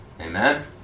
Amen